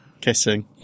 kissing